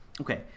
Okay